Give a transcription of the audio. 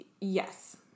Yes